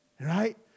Right